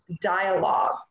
dialogue